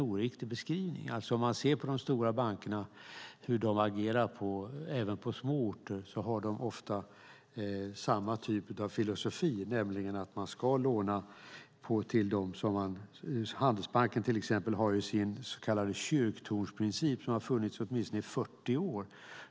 Även de stora bankerna har ofta samma typ av filosofi när de agerar på små orter. Handelsbanken har sin så kallade kyrktornsprincip, som har funnits i åtminstone 40 år.